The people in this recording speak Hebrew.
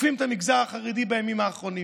תוקפים את המגזר החרדי בימים האחרונים.